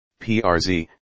prz